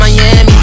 Miami